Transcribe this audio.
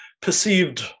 perceived